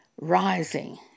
rising